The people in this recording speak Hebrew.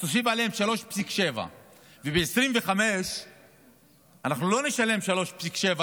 אז תוסיף עליהם 3.7. וב-2025 אנחנו לא נשלם 3.7 ריבית,